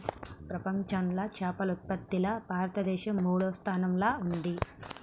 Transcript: ప్రపంచంలా చేపల ఉత్పత్తిలా భారతదేశం మూడో స్థానంలా ఉంది